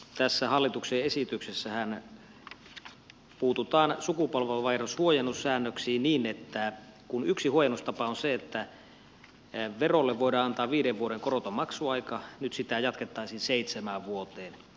tässä hallituksen esityksessähän puututaan sukupolvenvaihdoshuojennussäännöksiin niin että kun yksi huojennustapa on se että verolle voidaan antaa viiden vuoden koroton maksuaika niin nyt sitä jatkettaisiin seitsemään vuoteen